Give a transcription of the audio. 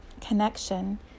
connection